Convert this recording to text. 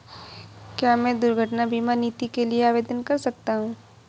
क्या मैं दुर्घटना बीमा नीति के लिए आवेदन कर सकता हूँ?